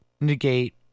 negate